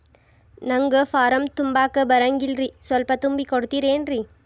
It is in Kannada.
ನಂಗ ಫಾರಂ ತುಂಬಾಕ ಬರಂಗಿಲ್ರಿ ಸ್ವಲ್ಪ ತುಂಬಿ ಕೊಡ್ತಿರೇನ್ರಿ?